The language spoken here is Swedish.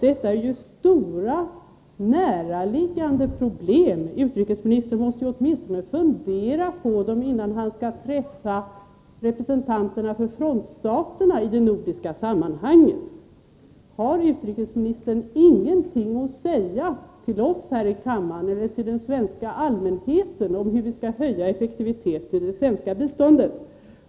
Detta är stora och näraliggande problem, och utrikesministern måste fundera på dem åtminstone innan han skall träffa representanter för frontstaterna i det nordiska sammanhanget. Har utrikesministern ingenting att säga till oss här i kammaren eller till den svenska allmänheten om hur vi skall höja effektiviteten i det svenska biståndet?